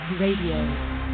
Radio